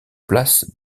place